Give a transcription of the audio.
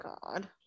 God